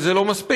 אבל זה לא מספיק.